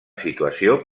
situació